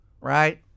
right